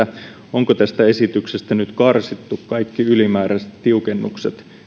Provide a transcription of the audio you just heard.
onko tästä esityksestä nyt karsittu kaikki ylimääräiset tiukennukset